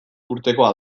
urtekoa